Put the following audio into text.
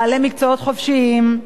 בעלי מקצועות חופשיים,